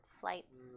flights